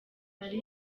hari